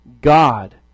God